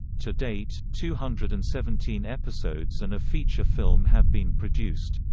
to date, two hundred and seventeen episodes and a feature film have been produced.